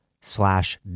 slash